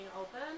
open